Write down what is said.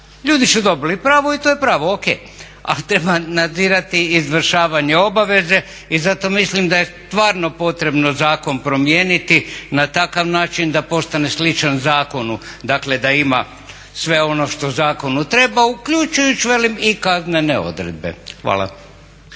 Ljudi su dobili pravo i to je pravo, ok. A treba nadzirati izvršavanje obaveze i zato mislim da je stvarno potrebno zakon promijeniti na takav način da postane sličan zakonu, dakle da ima sve ono što zakonu treba uključujući velim i kaznene odredbe. Hvala.